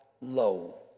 low